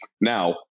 now